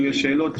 אם יש שאלות.